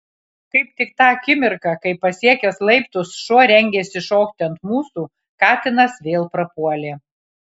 kaip tik tą akimirką kai pasiekęs laiptus šuo rengėsi šokti ant mūsų katinas vėl prapuolė